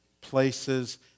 places